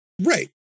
Right